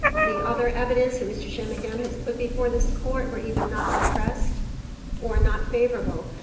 the other evidence mr. shanmugam has put before this court were either not suppressed or not favorable.